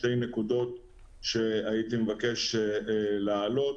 שתי נקודות שאני מבקש להעלות.